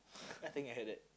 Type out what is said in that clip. I think I heard that